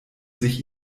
sich